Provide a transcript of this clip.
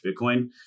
Bitcoin